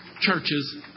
churches